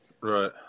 Right